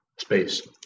space